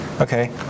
okay